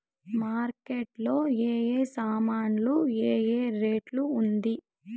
Market లో ఏ ఏ సామాన్లు ఏ ఏ రేటు ఉంది?